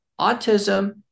autism